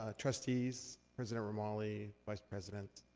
ah trustees, president romali, vice-president.